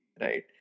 right